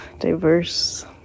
diverse